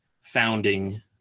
founding